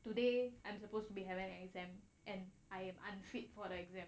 today I'm supposed to be having the exam and I am unfit for the exam